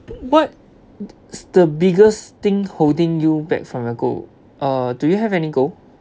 what's the biggest thing holding you back from a goal uh do you have any goal